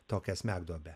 tokią smegduobę